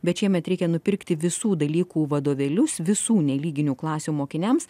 bet šiemet reikia nupirkti visų dalykų vadovėlius visų nelyginių klasių mokiniams